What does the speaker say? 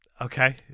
Okay